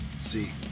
See